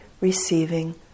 receiving